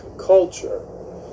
culture